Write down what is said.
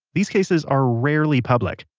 these cases are rarely public.